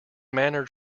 manner